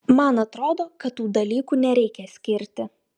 man atrodo kad tų dalykų nereikia skirti